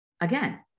again